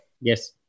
Yes